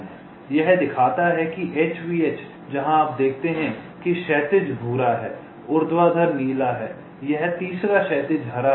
यह दिखाता है कि HVH जहां आप देखते हैं कि क्षैतिज भूरा है ऊर्ध्वाधर नीला है यह तीसरा क्षैतिज हरा है